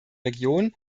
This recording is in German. region